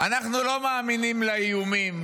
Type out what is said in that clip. אנחנו לא מאמינים לאיומים.